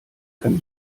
kann